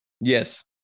Yes